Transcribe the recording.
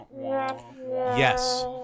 Yes